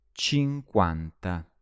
cinquanta